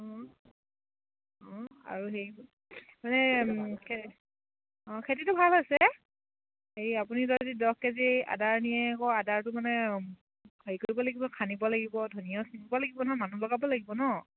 অঁ অঁ আৰু হেৰি মানে কে অঁ খেতিটো ভাল আছে হেৰি আপুনি যদি দহ কেজি আদা নিয়ে আকৌ আদাটো মানে হেৰি কৰিব লাগিব খান্দিব লাগিব ধনীয়াও চিঙিব লাগিব নহ্ মানুহ লগাব লাগিব নহ্